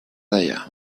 dellà